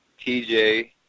TJ